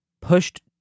Pushed